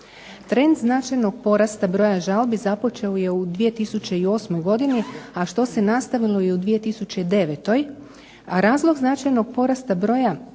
Trend značajnog porasta broja žalbi započeo je u 2008. godini, a što se nastavilo i u 2009.,